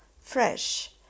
fresh